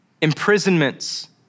imprisonments